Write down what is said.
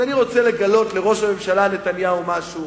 אני רוצה לגלות לראש הממשלה נתניהו משהו